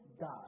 God